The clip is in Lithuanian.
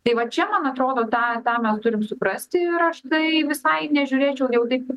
tai va čia man atrodo tą tą mes turim suprasti ir aš tai visai nežiūrėčiau jau taip